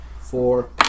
four